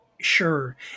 Sure